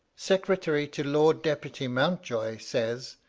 secretary to lord-deputy mountjoy, says,